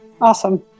Awesome